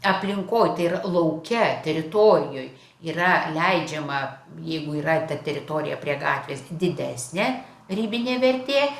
aplinkotyra lauke teritorijoj yra leidžiama jeigu yra ta teritorija prie gatvės didesnė ribinė vertė